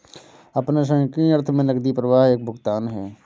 अपने संकीर्ण अर्थ में नकदी प्रवाह एक भुगतान है